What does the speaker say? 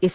S